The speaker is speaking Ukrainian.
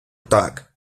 так